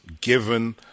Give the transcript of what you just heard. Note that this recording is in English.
given